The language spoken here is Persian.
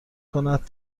کند